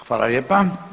Hvala lijepa.